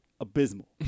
abysmal